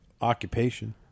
occupation